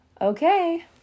okay